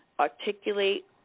articulate